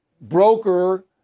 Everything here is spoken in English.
broker